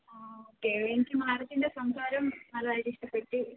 okay എനിക്ക് മാഡത്തിൻ്റെ സംസാരം നല്ലതായിട്ട് ഇഷ്ടപെട്ടു